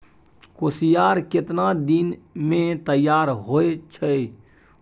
कोसियार केतना दिन मे तैयार हौय छै?